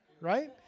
right